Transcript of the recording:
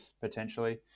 potentially